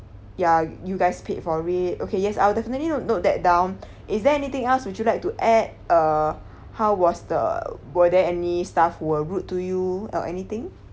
ya you guys paid for it okay yes I'll definitely note note that down is there anything else would you like to add uh how was the were there any staff were rude to you or anything